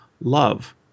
love